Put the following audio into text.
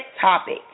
topic